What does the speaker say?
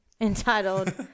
entitled